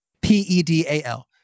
P-E-D-A-L